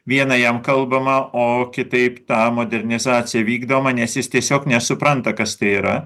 viena jam kalbama o kitaip ta modernizacija vykdoma nes jis tiesiog nesupranta kas tai yra